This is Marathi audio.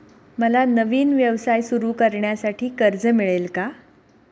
मला नवीन व्यवसाय सुरू करण्यासाठी कर्ज मिळेल का?